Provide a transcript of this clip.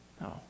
No